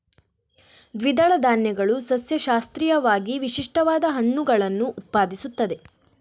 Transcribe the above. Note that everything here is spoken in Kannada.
ದ್ವಿದಳ ಧಾನ್ಯಗಳು ಸಸ್ಯಶಾಸ್ತ್ರೀಯವಾಗಿ ವಿಶಿಷ್ಟವಾದ ಹಣ್ಣುಗಳನ್ನು ಉತ್ಪಾದಿಸುತ್ತವೆ